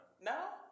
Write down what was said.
No